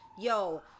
yo